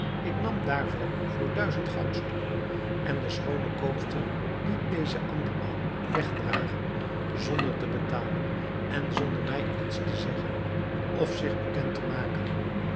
ik nam daarvan voor duizend goudstukken en de schoone koopster liet deze andermaal wegdragen zonder te betalen en zonder mij iets te zeggen of zich bekend te maken